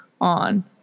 on